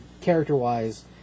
character-wise